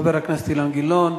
חבר הכנסת אילן גילאון.